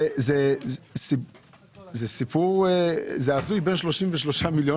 סע לבאר שבע.